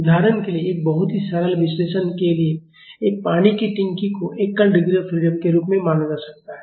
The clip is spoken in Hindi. उदाहरण के लिए एक बहुत ही सरल विश्लेषण के लिए एक पानी की टंकी को एकल डिग्री ऑफ फ्रीडम के रूप में माना जा सकता है